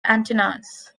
antennas